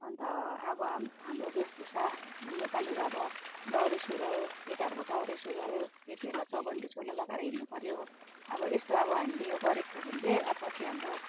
अन्त अब हाम हाम्रो भेषभूषा नेपालीको अब दौरासुरुवाल केटाहरूको दौरेसुरुवाल केटीहरूलाई चौबन्दी चोलो लगाएर हिँड्नुपऱ्यो अब यस्तो अब हामीले यो गरेको छौँ भने चाहिँ अब पछि हाम्रो